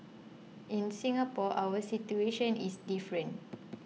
in Singapore our situation is different